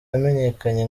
yamenyekanye